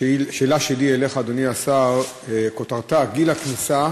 חבר הכנסת